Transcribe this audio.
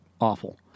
awful